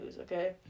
okay